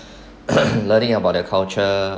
learning about their culture